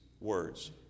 words